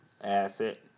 asset